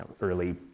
early